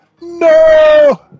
no